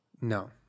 No